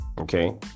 Okay